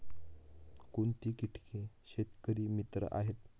कोणती किटके शेतकरी मित्र आहेत?